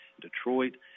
Detroit